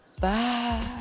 bye